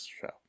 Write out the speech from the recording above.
show